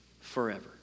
forever